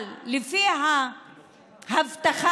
אבל לפי ההבטחה,